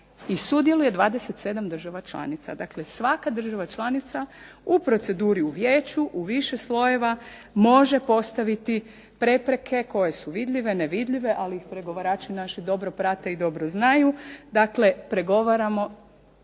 i sudjeluje 27 država članica, dakle svaka država članica u proceduri u Vijeću u više slojeva može postaviti prepreke koje su vidljive, nevidljive, ali ih pregovarači naši dobro prate i dobro znaju, dakle pregovaramo